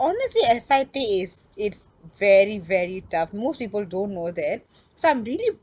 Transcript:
honestly S_I_T is is very very tough most people don't know that so I'm really